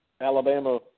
Alabama